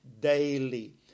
daily